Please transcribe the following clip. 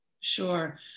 Sure